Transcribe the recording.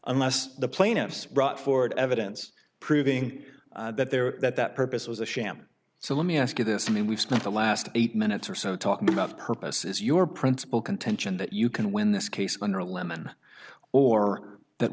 unless the plaintiffs brought forward evidence proving that their that that purpose was a sham so let me ask you this i mean we've spent the last eight minutes or so talking about purposes your principal contention that you can win this case under a lemon or that